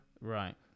Right